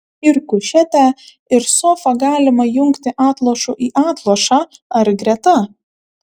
ir kušetę ir sofą galima jungti atlošu į atlošą ar greta